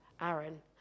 Aaron